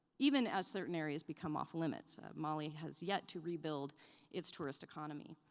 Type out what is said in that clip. even as certain areas become off limits. mali has yet to rebuild its tourist economy.